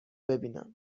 ببینم